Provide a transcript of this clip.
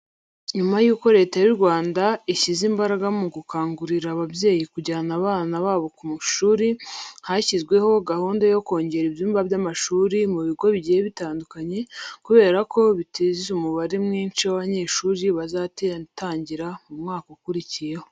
Nyuma yuko Leta y'u Rwanda ishyize imbaraga mu gukangurira ababyeyi kujyana abana babo ku ishuri, hashyizweho gahunda yo kongera ibyumba by'amashuri mu bigo bigiye bitandukanye kubera ko biteze umubare myinshi w'abanyeshuri bazatangira mu mwaka ukurikiyeho.